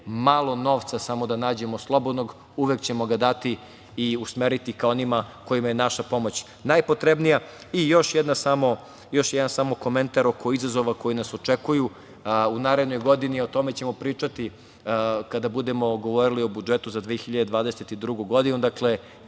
malo novca samo da nađemo slobodnog, uvek ćemo ga dati i usmeriti ka onima kojima je naša pomoć najpotrebnija. Još jedan samo komentar oko izazova koji nas očekuju u narednoj godini, a o tome ćemo pričati kada budemo govorili o budžetu za 2022. godinu. Dakle,